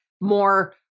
more